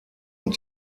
und